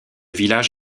village